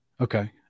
Okay